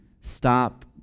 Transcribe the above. stop